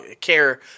care